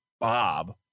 Bob